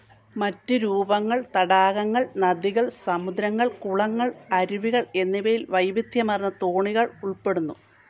മറ്റു രൂപങ്ങൾ തടാകങ്ങൾ നദികൾ സമുദ്രങ്ങൾ കുളങ്ങൾ അരുവികൾ എന്നിവയിൽ വൈവിധ്യമാർന്ന തോണികൾ ഉൾപ്പെടുന്നു